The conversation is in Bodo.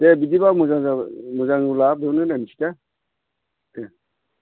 दे बिदिबा मोजां जाबाय मोजांब्ला बेयावनो दोननोसै दे दे